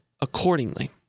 accordingly